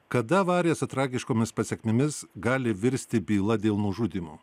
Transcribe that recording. kada avarija su tragiškomis pasekmėmis gali virsti byla dėl nužudymo